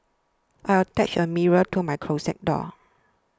I attached a mirror to my closet door